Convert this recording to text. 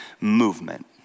movement